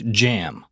jam